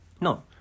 No